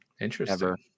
interesting